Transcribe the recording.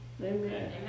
Amen